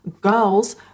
girls